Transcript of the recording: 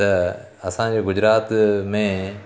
त असांजो गुजरात में